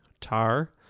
Tar